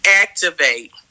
Activate